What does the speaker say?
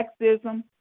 sexism